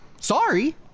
sorry